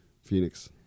Phoenix